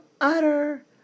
utter